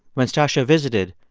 when stacya visited,